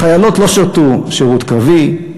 וחיילות לא שירתו שירות קרבי.